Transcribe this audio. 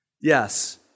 Yes